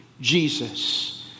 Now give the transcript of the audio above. jesus